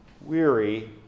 weary